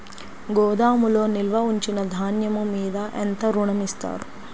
గోదాములో నిల్వ ఉంచిన ధాన్యము మీద ఎంత ఋణం ఇస్తారు?